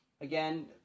Again